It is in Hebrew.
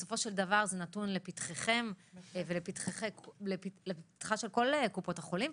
בסופו של דבר זה נתון לפתחכם ולפתחן של כל קופות החולים,